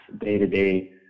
day-to-day